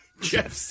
Jeff